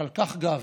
ועל כך גאוותי.